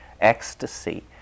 ecstasy